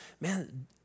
man